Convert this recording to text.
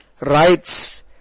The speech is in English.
rights